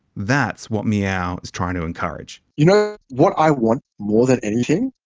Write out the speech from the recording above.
that's what meow is trying to encourage. you know what i want more than anything?